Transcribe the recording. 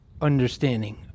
understanding